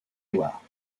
loire